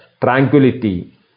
tranquility